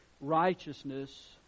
righteousness